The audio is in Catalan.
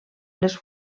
les